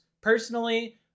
Personally